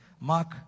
mark